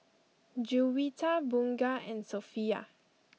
Juwita Bunga and Sofea